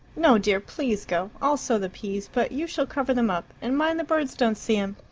no, dear please go. i'll sow the peas, but you shall cover them up and mind the birds don't see em!